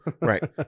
Right